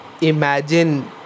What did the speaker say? imagine